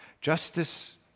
Justice